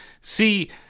see